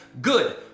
good